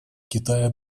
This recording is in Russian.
китая